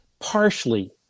Partially